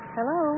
Hello